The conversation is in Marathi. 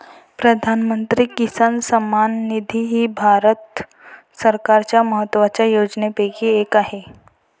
प्रधानमंत्री किसान सन्मान निधी ही भारत सरकारच्या महत्वाच्या योजनांपैकी एक आहे